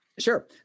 Sure